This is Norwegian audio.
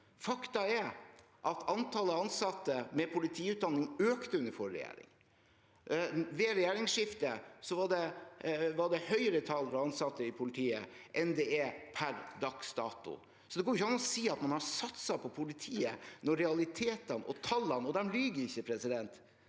Fakta er at antallet ansatte med politiutdanning økte under forrige regjering. Ved regjeringsskiftet var det et høyere antall ansatte i politiet enn det er per dags dato. Det går ikke an å si at man har satset på politiet, når realitetene og tallene sier det